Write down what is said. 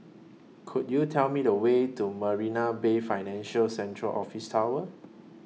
Could YOU Tell Me The Way to Marina Bay Financial Centre Office Tower